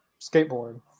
skateboard